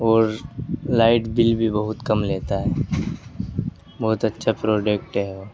اور light bill بھی بہت کم لیتا ہے بہت اچھا پروڈکٹ ہے